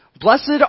Blessed